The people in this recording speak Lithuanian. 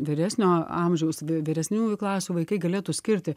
vyresnio amžiaus vyresniųjų klasių vaikai galėtų skirti